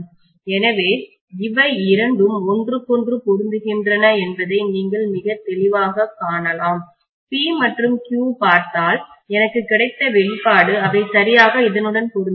எனவே இவை இரண்டும் ஒன்றுக்கொன்று பொருந்துகின்றன என்பதை நீங்கள் மிக தெளிவாகக் காணலாம் P மற்றும் Q ப் பார்த்தால் எனக்கு கிடைத்த வெளிப்பாடு அவை சரியாக இதனுடன் பொருந்துகின்றன